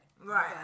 Right